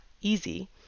easy